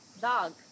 dog